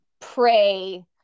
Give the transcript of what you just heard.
pray